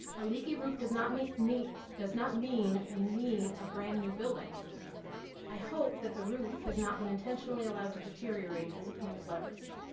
a leaky roof does not meet does not mean we need a brand-new building i hope that the roof has not been intentionally allowed to deteriorate as a point of leverage.